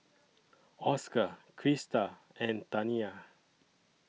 Oscar Krista and Taniyah